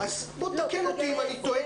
אז בוא תקן אותי אם אני טועה,